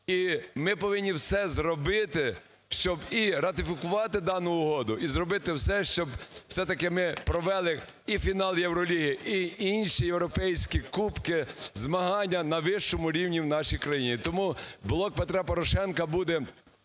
І ми повинні все зробити, щоб і ратифікувати дану угоду, і зробити все, щоб все-таки ми провели і фінал Євроліги, і інші європейські кубки, змагання на вищому рівні в нашій країні. Тому "Блок Петра Порошенка" буде